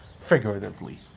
figuratively